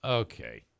Okay